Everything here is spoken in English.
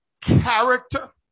character